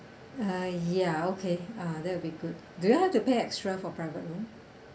uh ya okay uh that will be good do we have to pay extra for private room